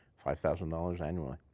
five thousand dollars annually.